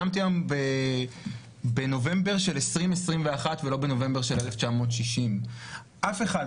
קמתי היום בנובמבר של 2021 ולא בנובמבר של 1960. אף אחד,